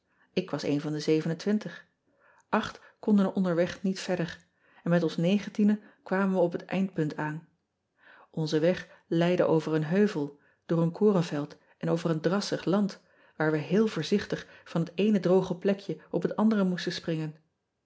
k was een van de konden er onderweg niet ean ebster adertje angbeen verder en met ons negentienen kwamen we op het eindpunt aan nze weg leidde over een heuvel door een korenveld en over een drassig land waar we heel voorzichtig van het een droge plekje op het andere moesten springen